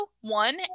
one